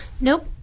Nope